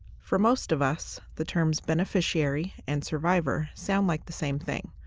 for most of us, the terms beneficiary and survivor sound like the same thing,